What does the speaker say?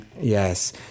yes